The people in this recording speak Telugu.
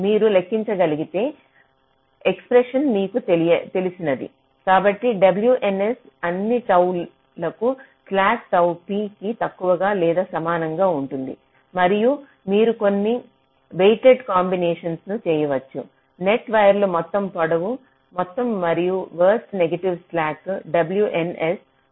మీరు లెక్కించగలిగే ఎక్స్ప్రెషన్ మీకు తెలిసినది కాబట్టి WNS అన్ని టౌ పి లకు స్లాక్ టౌ పి కి తక్కువ లేదా సమానంగా ఉంటుంది మరియు మీరు కొన్ని వెయిట్డ్ కాంబినేషన్ ను చేయవచ్చు నెట్ వైర్ల మొత్తం పొడవు మొత్తం మరియు వరస్ట్ నెగిటివ్ స్లాక్ WNS